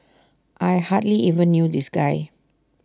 I hardly even knew this guy